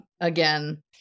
again